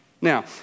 Now